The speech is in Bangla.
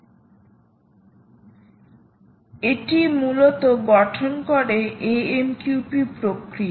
সুতরাং এটি মূলত গঠন করে AMQP প্রক্রিয়া